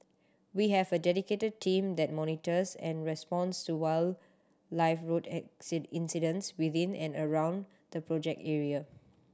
we have a dedicated team that monitors and responds to wildlife road incidents within and around the project area